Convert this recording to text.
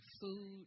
food